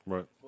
Right